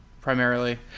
primarily